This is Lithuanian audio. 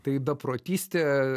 tai beprotystė